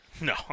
No